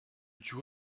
duo